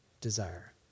desire